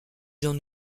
dont